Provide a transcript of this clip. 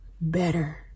better